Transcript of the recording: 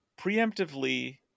preemptively